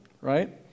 right